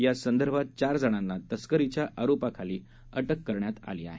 या संदर्भात चार जणांना तस्करीच्या आरोपाखाली अटक करण्यात आली आहे